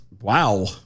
Wow